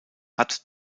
hat